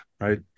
right